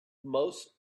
most